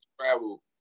travel